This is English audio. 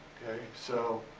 so